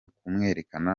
kumwerekana